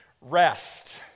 rest